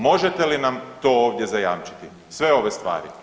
Možete li nam to ovdje zajamčiti, sve ove stvari?